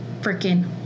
freaking